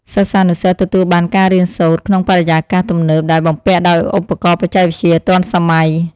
សិស្សានុសិស្សទទួលបានការរៀនសូត្រក្នុងបរិយាកាសទំនើបដែលបំពាក់ដោយឧបករណ៍បច្ចេកវិទ្យាទាន់សម័យ។